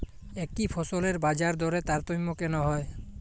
একই ফসলের বাজারদরে তারতম্য কেন হয়?